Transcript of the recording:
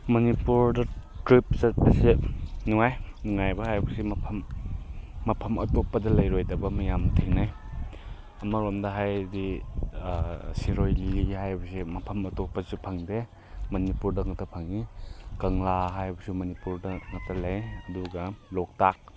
ꯃꯅꯤꯄꯨꯔꯗ ꯇ꯭ꯔꯤꯞ ꯆꯠꯄꯁꯦ ꯅꯨꯡꯉꯥꯏ ꯅꯨꯡꯉꯥꯏꯕ ꯍꯥꯏꯕꯁꯦ ꯃꯐꯝ ꯃꯐꯝ ꯑꯇꯣꯞꯄꯗ ꯂꯩꯔꯣꯏꯗꯕ ꯃꯌꯥꯝ ꯊꯦꯡꯅꯩ ꯑꯃꯔꯣꯝꯗ ꯍꯥꯏꯔꯗꯤ ꯁꯤꯔꯣꯏ ꯂꯤꯂꯤ ꯍꯥꯏꯕꯁꯦ ꯃꯐꯝ ꯑꯇꯣꯞꯄꯁꯨ ꯐꯪꯗꯦ ꯃꯅꯤꯄꯨꯔꯗ ꯉꯥꯛꯇ ꯐꯪꯏ ꯀꯪꯂꯥ ꯍꯥꯏꯕꯁꯨ ꯃꯅꯤꯄꯨꯔꯗ ꯉꯥꯛꯇ ꯂꯩ ꯑꯗꯨꯒ ꯂꯣꯛꯇꯥꯛ